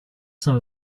some